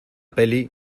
peli